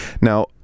now